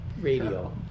radio